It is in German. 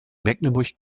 mecklenburg